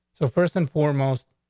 so first and foremost,